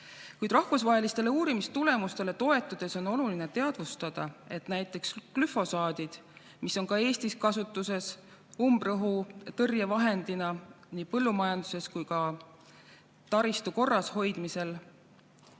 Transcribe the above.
Kuid rahvusvahelistele uurimistulemustele toetudes on oluline teadvustada, et näiteks glüfosaadi – mis on ka Eestis kasutuses umbrohutõrjevahendina nii põllumajanduses kui ka taristu korrashoidmisel